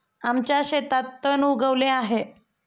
आमच्या शेतात तण उगवले आहे